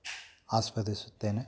ಆಸ್ವಾದಿಸುತ್ತೇನೆ